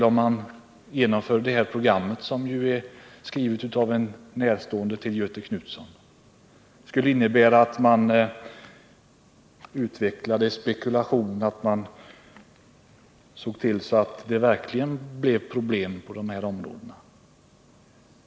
Om man genomför det program som är skrivet av en Göthe Knutson närstående skulle det innebära att man utvecklade spekulation och såg till att det verkligen uppstod problem på det här området.